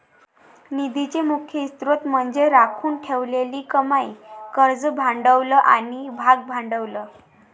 निधीचे मुख्य स्त्रोत म्हणजे राखून ठेवलेली कमाई, कर्ज भांडवल आणि भागभांडवल